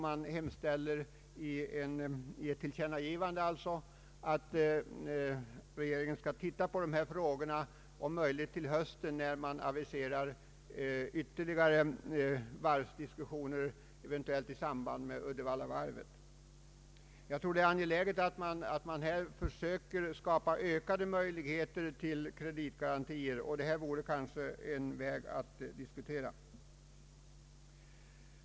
Man hemställer i ett tillkännagivande, att regeringen ser över dessa frågor och om möjligt framlägger förslag till höstriksdagen eventuellt i samband med aviserad varvsproposition, bl.a. om Uddevallavarvet. Jag tror att det är angeläget att man försöker skapa ökade möjligheter till kreditgarantier, och detta förslag är värt att pröva.